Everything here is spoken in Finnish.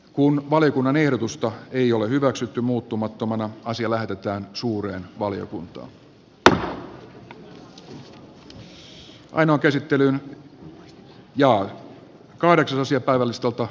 kun valiokunnan ehdotusta ei ole hyväksytty muuttamattomana asia lähetetään suureen valiokuntaan